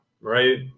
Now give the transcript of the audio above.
right